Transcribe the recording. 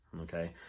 okay